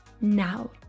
now